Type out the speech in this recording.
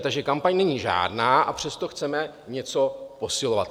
Takže kampaň není žádná, a přesto chceme něco posilovat.